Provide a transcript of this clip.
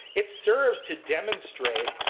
it serves to demonstrate,